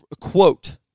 quote